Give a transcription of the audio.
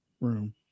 room